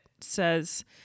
says